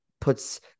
puts